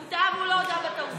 הוא טעה והוא לא הודה בטעות.